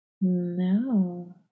No